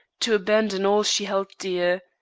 to abandon all she held dear.